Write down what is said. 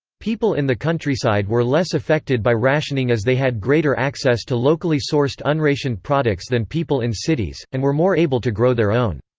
people in the countryside were less affected by rationing as they had greater access to locally sourced unrationed products than people in cities, and were more able to grow their own.